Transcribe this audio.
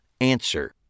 answer